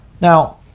now